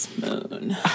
moon